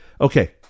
okay